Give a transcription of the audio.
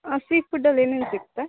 sea ಫುಡ್ಡಲ್ಲಿ ಏನೇನು ಸಿಗುತ್ತೆ